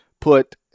put